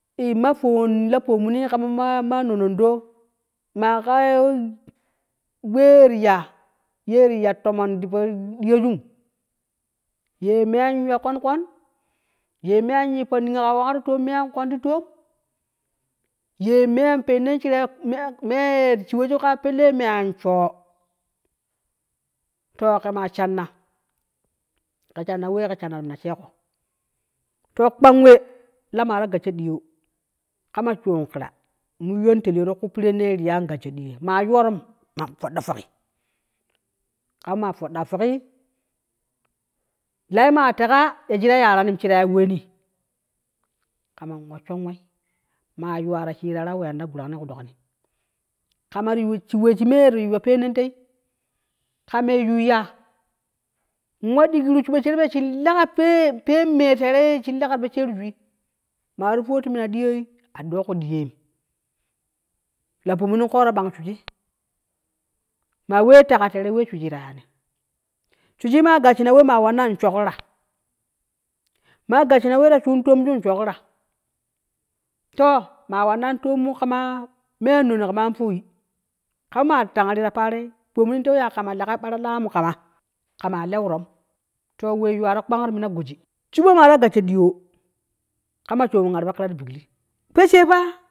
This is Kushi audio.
Ye ma fowun la pamuni kama manono ɗo ma ka we ti ya a ti ya tomon ti fo ɗoyo ju. ye mean yu yo kon-kon ye me an yefo niyo kaman me an wai kon ti tomon ye me an pene no sherau ka pellee me an shio to ma ke shana ke shana we ke shana ti mina shigo, to kwan we la ma ta gasho diyo kama sow we kera kera in yun tel yo ti ku pere yean gasho diyo ma yorun maa foɗo fogi kan ma foɗaa fogi lee ma te ka ya ni ta yarani yani ta ya weni kama weshon wei ma yuwa ta shii ta wa in eya e la gurang ni shi shi ku dokni kama ti we shii me ti yuyo pene no tei ka me yuya in wa dekru shabo sherep ye ya shen lega fene me tai rei yeya shine lega ti poshereju ta fotu mina diyoa donku diyo. a donku diyo. la pamune koɗo bwan shuje ma we teƙa tere we shuje t ayani. Shuje ma gashena we in sogenna, ma gashena we sha tomonju in sogenna to ma wanna to mu kama. me a nono kama me an fowe kama ma tango re ta paroo in tewe ya kama legei lowara la muka kama lewro to we yuwaro kpang ti mina goji kama ma ta gasho diyo kama shuwe arfo kera ti goewe kama po she pa.